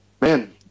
man